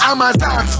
Amazon